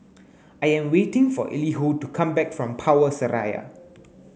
I am waiting for Elihu to come back from Power Seraya